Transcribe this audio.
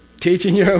teaching you yeah